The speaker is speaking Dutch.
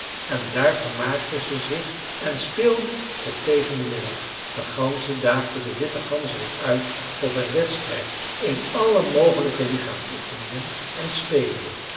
en daar vermaakten ze zich en speelden tot tegen den middag de ganzen daagden den witten ganzerik uit tot een wedstrijd in alle mogelijke lichaamsoefeningen en spelen